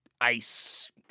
ICE